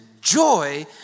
joy